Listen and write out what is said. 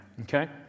Okay